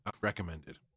recommended